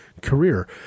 career